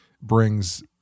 brings